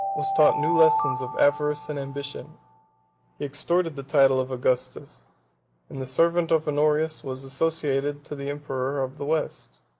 was taught new lessons of avarice and ambition he extorted the title of augustus and the servant of honorius was associated to the empire of the west.